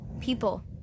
people